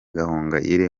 gahongayire